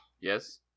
Yes